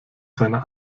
seiner